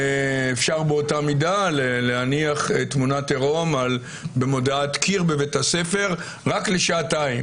אפשר באותה מידה להניח תמונת עירום על קיר בבית ספר רק לשעתיים.